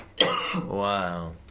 Wow